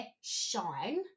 shine